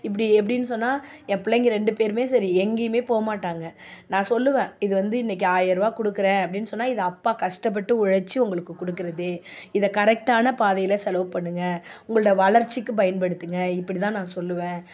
இப்படி எப்டின்னு சொன்னால் என் பிள்ளைங்க ரெண்டு பேரும் சரி எங்கேயுமே போகமாட்டாங்க நான் சொல்வேன் இது வந்து இன்னைக்கு ஆயரருவா கொடுக்குறேன் அப்டின்னு சொன்னால் இது அப்பா கஷ்டப்பட்டு உழைத்து உங்களுக்கு கொடுக்குறது இதை கரெக்டான பாதையில் செலவு பண்ணுங்கள் உங்களோட வளர்ச்சிக்கு பயன்படுத்துங்க இப்படிதான் நான் சொல்வேன்